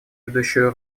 ведущую